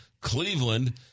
Cleveland